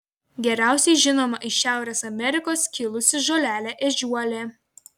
geriausiai žinoma iš šiaurės amerikos kilusi žolelė ežiuolė